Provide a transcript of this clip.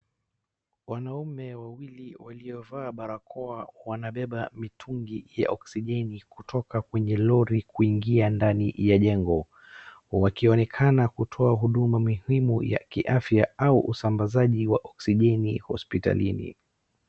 Wanaume wawili waliovaa barakoa, wanabeba mitungi ya oxijeni , kutoka kwenye lori kuingia ndani ya jengo. Wakionekana kutoa huduma muhimu ya kiafya au usambazaji wa oxijeni hospitalini.